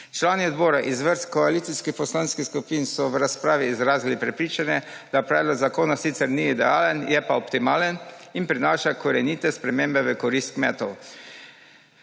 Člani odbora iz vrst koalicijskih poslanskih skupin so v razpravi izrazili prepričanje, da predlog zakona sicer ni idealen, je pa optimalen in prinaša korenite spremembe v korist kmetov.